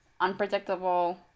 unpredictable